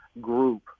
group